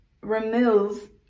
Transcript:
remove